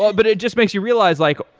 but but ah just makes you realize like,